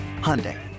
Hyundai